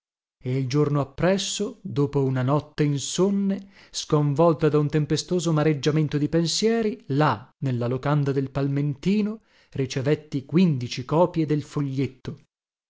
e il giorno appresso dopo una notte insonne sconvolta da un tempestoso mareggiamento di pensieri là nella locanda del palmentino ricevetti quindici copie del foglietto